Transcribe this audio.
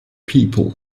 people